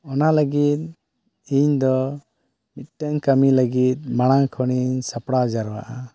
ᱚᱱᱟ ᱞᱟᱹᱜᱤᱫ ᱤᱧᱫᱚ ᱢᱤᱫᱴᱟᱝ ᱠᱟᱹᱢᱤ ᱞᱟᱹᱜᱤᱫ ᱢᱟᱲᱟᱝ ᱠᱷᱚᱱᱤᱧ ᱥᱟᱯᱲᱟᱣ ᱡᱟᱣᱨᱟᱜᱼᱟ